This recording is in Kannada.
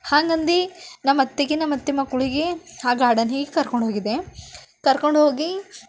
ಹಂಗಂದು ನಮ್ಮತ್ತೆಗಿನ ನಮ್ಮತ್ತೆ ಮಕ್ಳಿಗೆ ಆ ಗಾರ್ಡನಿ ಕರ್ಕೊಂಡು ಹೋಗಿದ್ದೆ ಕರ್ಕೊಂಡು ಹೋಗಿ